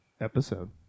episode